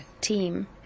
team